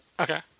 Okay